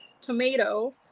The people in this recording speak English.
tomato